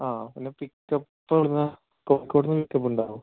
ആ പിന്നെ പിക്കപ്പ് എവിടെ നിന്നാണ് കോഴിക്കോട് നിന്ന് പിക്കപ്പുണ്ടാകുമോ